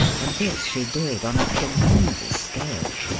and this she did on a tremendous scale.